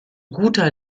guter